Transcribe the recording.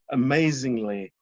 amazingly